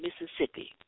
Mississippi